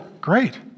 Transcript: Great